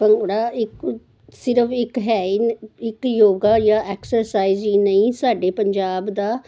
ਭੰਗੜਾ ਇੱਕ ਸਿਰਫ ਇੱਕ ਹੈ ਹੀ ਇੱਕ ਯੋਗਾ ਜਾਂ ਐਕਸਰਸਾਈਜ਼ ਹੀ ਨਹੀਂ ਸਾਡੇ ਪੰਜਾਬ ਦਾ